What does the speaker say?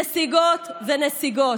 נסיגות ונסיגות.